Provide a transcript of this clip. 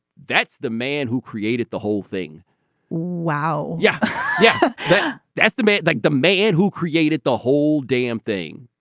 that's the man who created the whole thing wow. yeah. yeah yeah that's the man. like the man who created the whole damn thing.